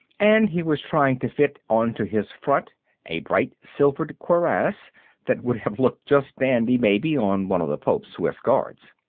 and he was trying to fit onto his front a bright silvered cuirass that would have looked just dandy maybe on one of the pope's swiss guards.